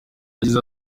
yagize